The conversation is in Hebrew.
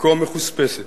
הכה מחוספסת.